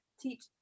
teach